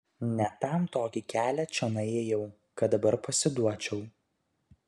ne tam tokį kelią čionai ėjau kad dabar pasiduočiau